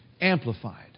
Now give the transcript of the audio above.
Amplified